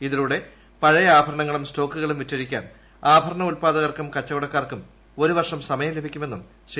ഇതിലൂടെ പഴയ ആഭരണങ്ങളും സ്റ്റോക്കുകളും വിറ്റഴിക്കാൻ ആഭരണ ഉൽപ്പാദകർക്കും കച്ചവടക്കാർക്കും ഒരു വർഷം സമയം ലഭിക്കുമെന്നും ശ്രീ